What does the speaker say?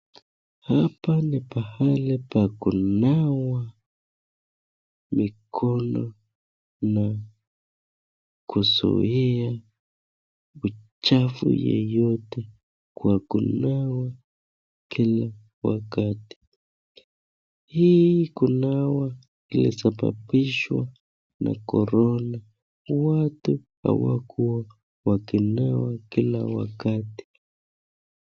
Hapa ni pahali pa kunawa mikono na kuzuia uchafu yoyote kw akunawa kila wakati. Hii kunawa ilisababishwa ana corona, watu hawakuwa wakinawa kila wakati.